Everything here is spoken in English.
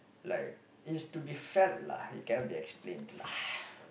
like it's to be felt lah it cannot be explained lah